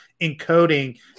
encoding